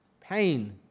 Pain